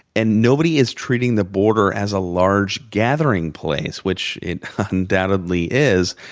and nobody is treating the border as a large gathering place, which it undoubtedly is.